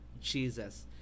jesus